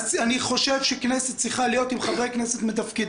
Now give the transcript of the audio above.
אני חושב שכנסת צריכה להיות עם חברי כנסת מתפקדים,